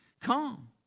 Come